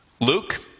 Luke